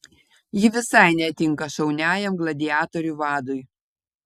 ji visai netinka šauniajam gladiatorių vadui